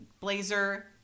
blazer